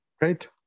great